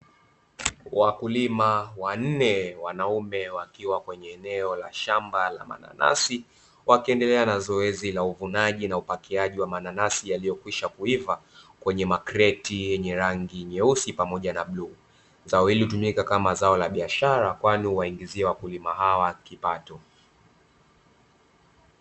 Wakulima wa nne wanaume wakiwa kwenye eneo la shamba la mananasi, wakiendelea na zoezi la uvunaji na upakiaji wa mananasi yaliyokwisha kuiva kwenye makreti yenye rangi nyeusi pamoja na bluu. Zao hili hutumika kama zao la biashara kwani huwaingizia wakulima hawa kipato.